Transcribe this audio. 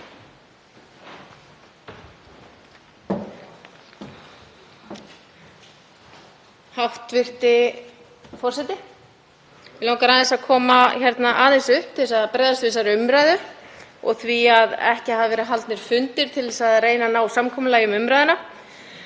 Hæstv. forseti. Mig langar aðeins að koma hingað upp til að bregðast við þessari umræðu og því að ekki hafi verið haldnir fundir til að reyna að ná samkomulagi um umræðuna.